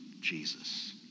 Jesus